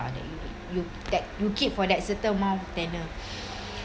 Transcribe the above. that you need you that you keep for that certain amount of tenure